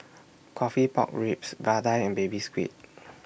Coffee Pork Ribs Vadai and Baby Squid